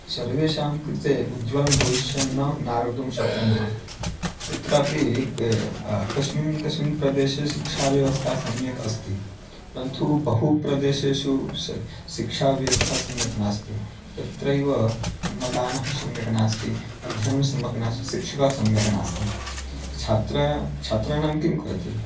सर्वेषां कृते उज्वलं भविष्यं न नारदुं शक्नुमः तत्रापि कस्मिन् कस्मिन् प्रदेशे शिक्षाव्यवस्था सम्यक् अस्ति परन्तु बहु प्रदेशेषु सा शिक्षाव्यवस्था सम्यक् नास्ति तत्रैव मकानः सम्यक् नास्ति अध्ययनं सम्यक् नास्ति शिक्षकः सम्यक् नास्ति छात्रा छात्राणां किं करोति